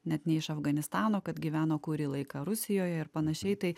net ne iš afganistano kad gyveno kurį laiką rusijoje ir panašiai tai